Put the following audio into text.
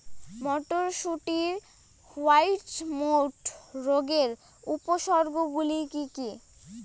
মটরশুটির white mould রোগের উপসর্গগুলি কী কী?